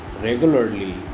regularly